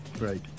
Right